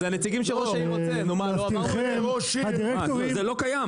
זה לא על חשבונכם.